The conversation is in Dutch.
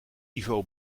ivo